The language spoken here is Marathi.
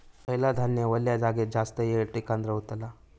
खयला धान्य वल्या जागेत जास्त येळ टिकान रवतला?